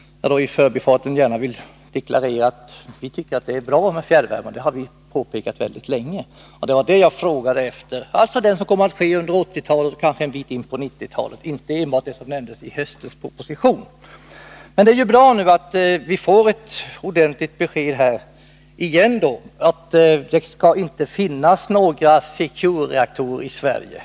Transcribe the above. Jag vill i förbifarten gärna deklarera att vi tycker att det är bra med fjärrvärme. Vi har påpekat det mycket länge. Jag frågade alltså efter vad som kommer att ske under 1980-talet och kanske en bit in på 1990-talet och inte enbart det som nämndes i höstens proposition. Men det är bra att vi nu får ordentligt besked igen om att det inte skall finnas några Secure-reaktorer i Sverige.